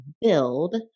build